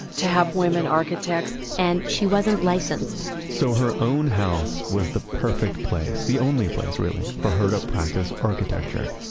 to have women architects and she wasn't licensed so her own house was the perfect place, the only place really, for her to practice architecture,